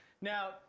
Now